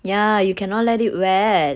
ya you cannot let it wet